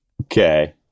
Okay